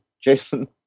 Jason